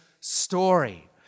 story